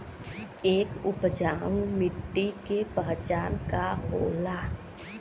एक उपजाऊ मिट्टी के पहचान का होला?